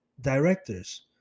directors